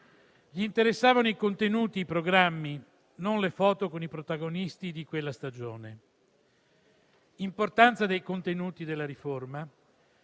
Gli interessavano i contenuti e i programmi, non le foto con i protagonisti di quella stagione. L'interesse per l'importanza dei contenuti della riforma